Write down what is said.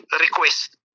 request